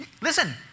Listen